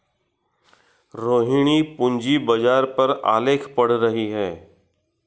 रोहिणी पूंजी बाजार पर आलेख पढ़ रही है